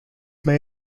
mij